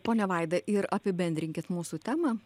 ponia vaida ir apibendrinkit mūsų temą